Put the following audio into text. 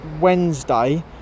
Wednesday